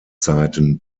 zeiten